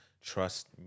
Trust